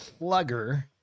plugger